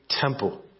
temple